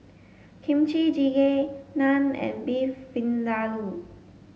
Kimchi Jjigae Naan and Beef Vindaloo